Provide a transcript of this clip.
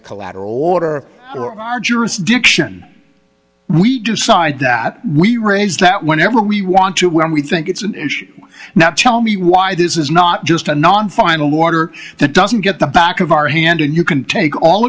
a collateral order or our jurisdiction we decide that we raised that whenever we want to when we think it's an issue now tell me why this is not just a non final order that doesn't get the back of our hand and you can take all